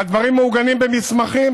והדברים מעוגנים במסמכים,